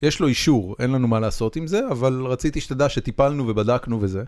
יש לו אישור, אין לנו מה לעשות עם זה, אבל רציתי שתדע שטיפלנו ובדקנו וזה